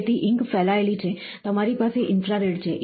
તેથી ઇંક ફેલાયેલી છે તમારી પાસે ઇન્ફ્રારેડ છે